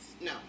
No